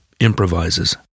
improvises